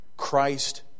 Christ